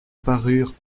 parurent